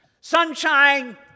Sunshine